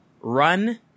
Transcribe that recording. run